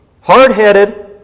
hard-headed